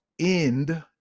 end